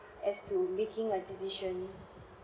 as to making a decision